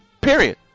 Period